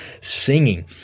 singing